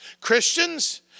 Christians